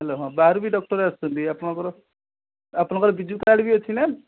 hello ହଁ ବାହାରୁ ବି ଡକ୍ଟର୍ ଆସୁଛନ୍ତି ଆପଣଙ୍କର ଆପଣଙ୍କର ବିଜୁ କାର୍ଡ଼ ବି ଅଛି ନା